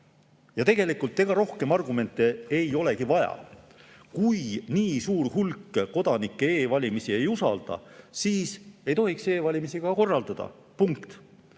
Ega tegelikult rohkem argumente ei olegi vaja. Kui nii suur hulk kodanikke e‑valimisi ei usalda, siis ei tohiks neid korraldada. Punkt!